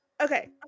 Okay